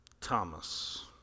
Thomas